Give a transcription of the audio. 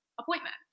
appointment